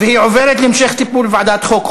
והיא עוברת להמשך טיפול בוועדת החוקה,